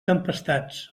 tempestats